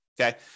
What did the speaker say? Okay